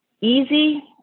easy